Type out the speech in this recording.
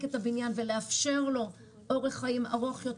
את הבניין ולאפשר לו אורך חיים ארוך יותר,